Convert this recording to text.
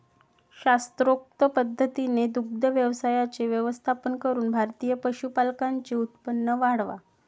शास्त्रोक्त पद्धतीने दुग्ध व्यवसायाचे व्यवस्थापन करून भारतीय पशुपालकांचे उत्पन्न वाढवा